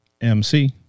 mc